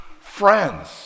friends